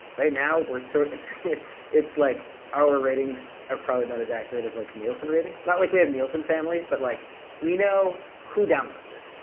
right now so it's it's like our ratings are probably about as accurate as like nielsen ratings. not like we have nielsen families, but like we know who downloads it.